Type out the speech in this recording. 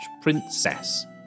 princess